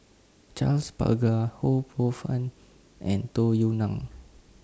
Charles Paglar Ho Poh Fun and Tung Yue Nang